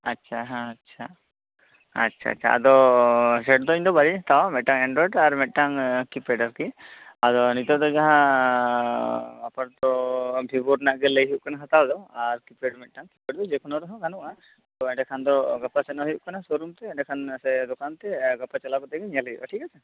ᱟᱪᱪᱷᱟ ᱦᱟᱸ ᱪᱷᱟ ᱟᱪᱪᱷᱟ ᱟᱪᱪᱷᱟ ᱟᱫᱚ ᱫᱚ ᱵᱟᱞᱤᱝ ᱦᱟᱛᱟᱣᱟ ᱢᱤᱫᱴᱟᱝ ᱮᱱᱰᱨᱚᱭᱮᱰ ᱟᱨ ᱢᱤᱫᱴᱟᱝ ᱠᱤᱯᱮᱰ ᱟᱨᱠᱤ ᱟᱫᱚ ᱱᱤᱛᱚᱜ ᱫᱚ ᱡᱟᱦᱟᱸ ᱚᱯᱷᱚᱨ ᱫᱚ ᱵᱷᱤᱵᱚ ᱨᱮᱱᱟᱜ ᱜᱮ ᱞᱟ ᱭ ᱦᱩᱭᱩᱜ ᱠᱟᱱᱟ ᱦᱟᱛᱟᱣ ᱫᱚ ᱟᱨ ᱠᱤᱯᱮᱰ ᱢᱤᱫᱴᱟᱝ ᱠᱤᱯᱮᱰ ᱫᱚ ᱡᱮᱠᱚᱱᱚ ᱨᱮᱦᱚᱸ ᱜᱟᱱᱚᱜᱼᱟ ᱛᱚ ᱮᱱᱰᱮ ᱠᱷᱟᱱ ᱫᱚ ᱜᱟᱯᱟ ᱥᱮᱱᱚᱜ ᱦᱩᱭᱩᱜ ᱠᱟᱱᱟ ᱥᱚᱨᱩᱢ ᱛᱮ ᱮᱱᱰᱮᱠᱷᱟᱱ ᱥᱮ ᱫᱚᱠᱟᱱ ᱛᱮ ᱜᱟᱯᱟ ᱪᱟᱞᱟᱣ ᱠᱟᱛᱮ ᱜᱮ ᱧᱮᱞ ᱦᱩᱭᱩᱜᱼᱟ ᱴᱷᱤᱠ ᱟᱪᱷᱮ